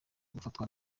gufatwa